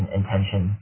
intention